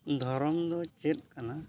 ᱫᱷᱚᱨᱚᱢ ᱫᱚ ᱪᱮᱫ ᱠᱟᱱᱟ